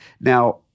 Now